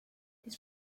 this